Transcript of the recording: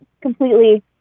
completely